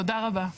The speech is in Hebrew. תודה רבה.